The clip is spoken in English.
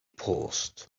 paused